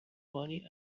money